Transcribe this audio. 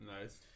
Nice